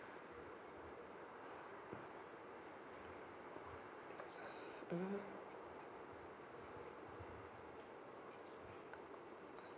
mmhmm